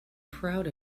proud